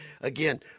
again